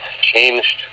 changed